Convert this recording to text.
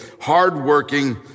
hardworking